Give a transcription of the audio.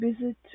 visit